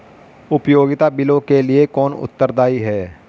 उपयोगिता बिलों के लिए कौन उत्तरदायी है?